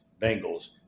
Bengals